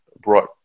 brought